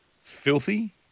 filthy